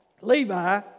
Levi